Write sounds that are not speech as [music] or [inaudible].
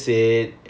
[noise]